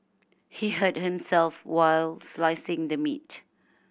he hurt himself while slicing the meat